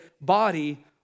body